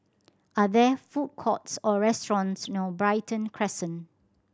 are there food courts or restaurants near Brighton Crescent